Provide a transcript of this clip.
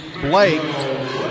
Blake